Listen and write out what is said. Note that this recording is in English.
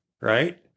right